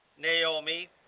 Naomi